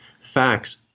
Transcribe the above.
facts